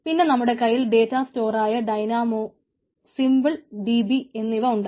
പിന്നെ നമ്മുടെ കയ്യിൽ ഡേറ്റാ സ്റ്റോറായ ഡൈനാമോ സിമ്പിൾ DB എന്നിവ ഉണ്ട്